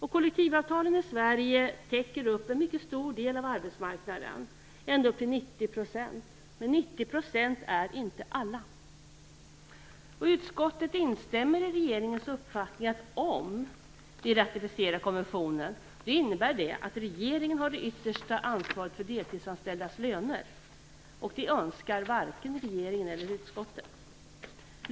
Kollektivavtalen i Sverige täcker upp en mycket stor del av arbetsmarknaden, ända upp till 90 %. Men 90 % är inte alla. Utskottet instämmer i regeringens uppfattning, att om vi ratificerar konventionen innebär det att regeringen har det yttersta ansvaret för de deltidsanställdas löner, och det önskar varken regeringen eller utskottet.